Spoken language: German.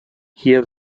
hier